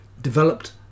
developed